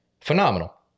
Phenomenal